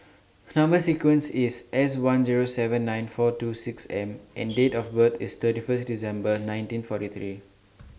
Number sequence IS S one Zero seven nine four two six M and Date of birth IS thirty First December nineteen forty three